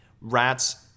rats